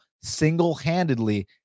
single-handedly